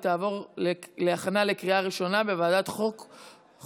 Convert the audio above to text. והיא תעבור להכנה לקריאה ראשונה בוועדת החוקה,